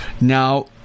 Now